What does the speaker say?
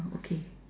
okay